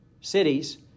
cities